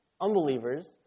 unbelievers